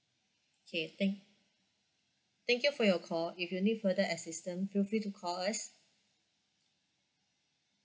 okay thank thank you for your call if you need further assistance feel free to call us